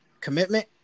commitment